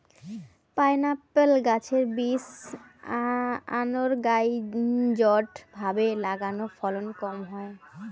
pineapple গাছের বীজ unorganised ভাবে লাগালে ফলন কম হয়